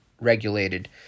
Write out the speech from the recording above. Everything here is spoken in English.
regulated